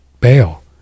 bail